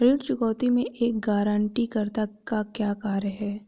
ऋण चुकौती में एक गारंटीकर्ता का क्या कार्य है?